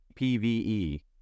PVE